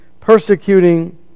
persecuting